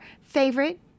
favorite